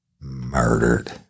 murdered